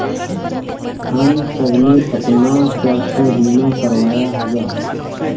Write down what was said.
हम सबने अपना स्वास्थ्य बीमा करवाया हुआ है